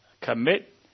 Commit